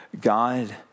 God